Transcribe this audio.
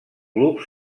club